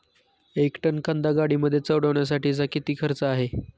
एक टन कांदा गाडीमध्ये चढवण्यासाठीचा किती खर्च आहे?